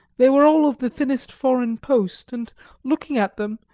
they were all of the thinnest foreign post, and looking at them,